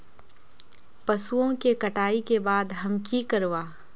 पशुओं के कटाई के बाद हम की करवा?